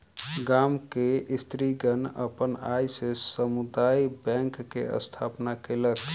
गाम के स्त्रीगण अपन आय से समुदाय बैंक के स्थापना केलक